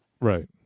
Right